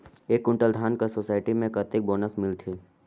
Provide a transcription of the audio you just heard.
एक कुंटल धान कर सोसायटी मे कतेक बोनस मिलथे?